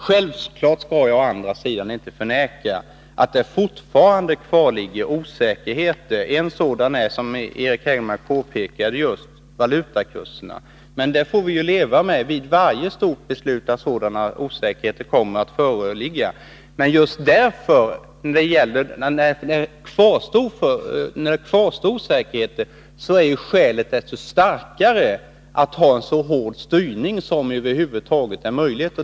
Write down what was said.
Självfallet skall jag å andra sidan inte förneka att det fortfarande kvarligger osäkerheter. En sådan är, som Eric Hägelmark just påpekade, valutakurserna. Men vi får leva med att sådana osäkerheter kommer att föreligga vid varje stort beslut. Och just när det kvarstår osäkerheter är skälet desto starkare att ha en så hård styrning som över huvud taget är möjlig.